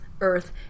earth